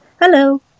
Hello